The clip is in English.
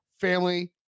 family